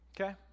Okay